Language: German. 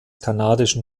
kanadischen